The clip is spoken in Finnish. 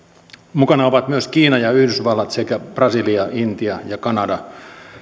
mukana ovat myös kiina ja yhdysvallat sekä brasilia intia ja kanada